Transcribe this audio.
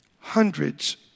hundreds